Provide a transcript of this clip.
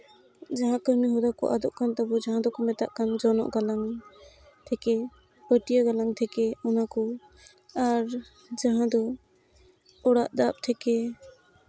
ᱡᱟᱦᱟᱸ ᱠᱟᱹᱢᱤᱦᱚᱨᱟ ᱠᱚ ᱟᱫᱚᱜ ᱠᱟᱱ ᱛᱟᱵᱚ ᱡᱟᱦᱟᱸ ᱫᱚᱠᱚ ᱢᱮᱛᱟᱜ ᱠᱟᱱ ᱡᱚᱱᱚᱜ ᱜᱟᱞᱟᱝ ᱛᱷᱮᱠᱮ ᱯᱟᱹᱴᱭᱟᱹ ᱜᱟᱞᱟᱝ ᱛᱷᱮᱠᱮ ᱚᱱᱟ ᱠᱚ ᱟᱨ ᱡᱟᱦᱟᱸ ᱫᱚ ᱚᱲᱟᱜ ᱫᱟᱵ ᱛᱷᱮᱠᱮ